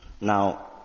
Now